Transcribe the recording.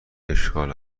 اشغال